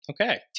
Okay